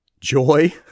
joy